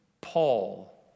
Paul